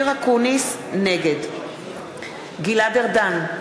נגד גלעד ארדן,